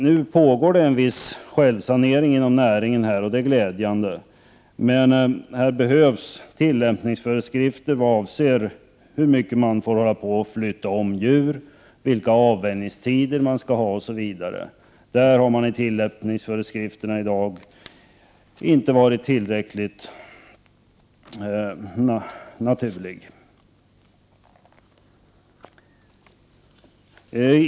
Nu pågår det en självsanering inom näringen, vilket är glädjande, men här behövs tillämpningsföreskrifter vad avser hur mycket djuren får flyttas, vilka avvänjningstider de skall ha, osv. Dagens tillämpningsföreskrifter är inte tillräckligt naturliga.